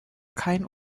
kein